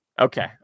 Okay